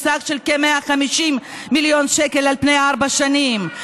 בסכום של כ-150 מיליון שקל על פני ארבע שנים,